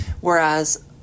whereas